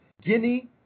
Guinea